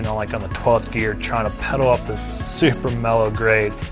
you know like on the twelfth gear trying to pedal up this super-mellow grade